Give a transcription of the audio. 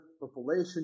population